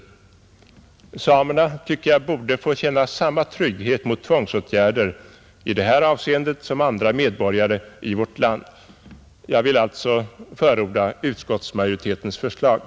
Jag tycker att samerna i det avseendet borde få känna samma trygghet mot tvångsåtgärder som andra medborgare i vårt land, Jag förordar alltså där utskottsmajoritetens förslag.